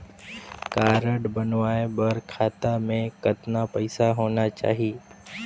Card बनवाय बर खाता मे कतना पईसा होएक चाही?